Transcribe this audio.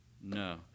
No